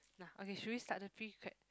nah okay should we start the free crab